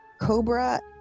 cobra